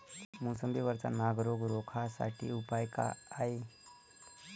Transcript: मोसंबी वरचा नाग रोग रोखा साठी उपाव का हाये?